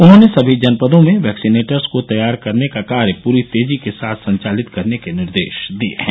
उन्होंने सभी जनपदों में वैक्सीनेटर्स को तैयार करने का कार्य पूरी तेजी के साथ संचालित करने के निर्देश दिये हैं